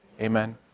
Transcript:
amen